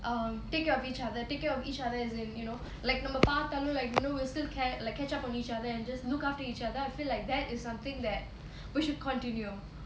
um take care of each other take care of each other as in you know like நம்ம பாத்தாலும்:namma paatthaalum like you know we will still care like catch up on each other and just look after each other I feel like that is something that we should continue